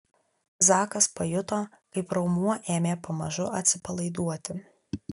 zakas pajuto kaip raumuo ėmė pamažu atsipalaiduoti